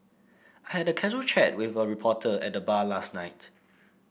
I had a casual chat with a reporter at the bar last night